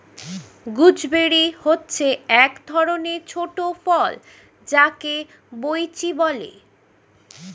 gooseberry হচ্ছে এক ধরণের ছোট ফল যাকে বৈঁচি বলে